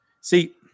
see